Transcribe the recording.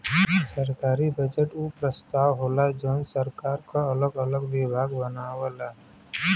सरकारी बजट उ प्रस्ताव होला जौन सरकार क अगल अलग विभाग बनावला